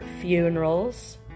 funerals